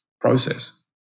process